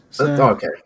Okay